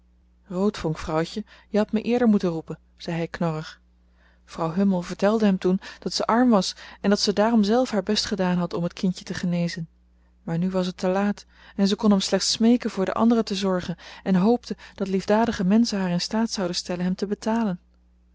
roodvonk vrouwtje je hadt me eerder moeten roepen zei hij knorrig vrouw hummel vertelde hem toen dat ze arm was en dat ze daarom zelf haar best gedaan had om het kindje te genezen maar nu was het te laat en ze kon hem slechts smeeken voor de anderen te zorgen en hoopte dat liefdadige menschen haar in staat zouden stellen hem te betalen